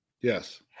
Yes